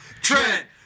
Trent